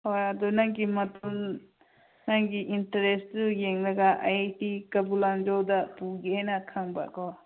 ꯍꯣꯏ ꯑꯗꯨ ꯅꯪꯒꯤ ꯃꯇꯝ ꯅꯪꯒꯤ ꯏꯟꯇꯔꯦꯁꯇꯨ ꯌꯦꯡꯂꯒ ꯑꯩꯗꯤ ꯀꯩꯕꯨꯜ ꯂꯝꯖꯥꯎꯗ ꯄꯨꯒꯦꯅ ꯈꯟꯕꯀꯣ